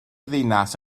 ddinas